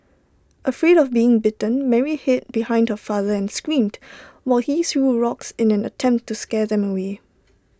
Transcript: afraid of being bitten Mary hid behind her father and screamed while he threw rocks in an attempt to scare them away